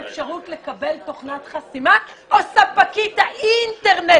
יש לכם אפשרות לקבל תוכנת חסימה או ספקית האינטרנט